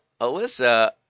Alyssa